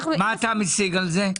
מה אתה משיג על זה?